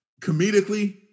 comedically